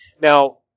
Now